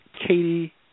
Katie